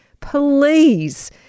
please